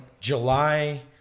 July